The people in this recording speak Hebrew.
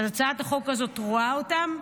הצעת החוק הזאת רואה אותם,